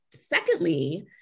Secondly